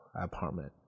apartment